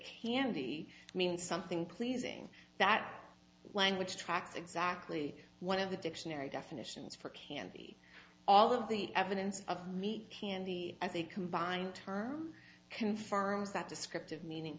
candy means something pleasing that language tracks exactly one of the dictionary definitions for candy all of the evidence of meat candy as a combined term confirms that descriptive meaning